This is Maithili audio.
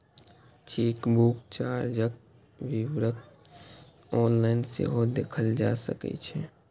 चेकबुक चार्जक विवरण ऑनलाइन सेहो देखल जा सकै छै